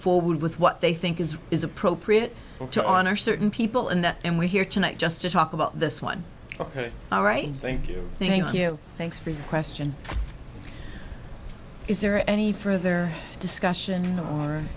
forward with what they think is is appropriate to honor certain people and and we're here tonight just to talk about this one ok all right thank you thank you thanks for your question is there any further discussion or